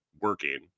working